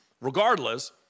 Regardless